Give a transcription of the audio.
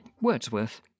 Wordsworth